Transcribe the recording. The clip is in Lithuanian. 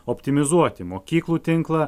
optimizuoti mokyklų tinklą